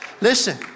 Listen